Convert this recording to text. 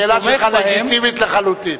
השאלה שלך לגיטימית לחלוטין.